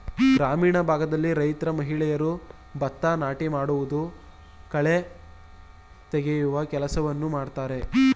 ಗ್ರಾಮೀಣ ಭಾಗದಲ್ಲಿ ರೈತ ಮಹಿಳೆಯರು ಭತ್ತ ನಾಟಿ ಮಾಡುವುದು, ಕಳೆ ತೆಗೆಯುವ ಕೆಲಸವನ್ನು ಮಾಡ್ತರೆ